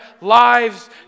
lives